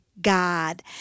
God